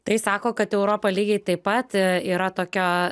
tai sako kad europa lygiai taip pat a yra tokia